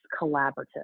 collaborative